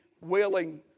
willing